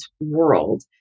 world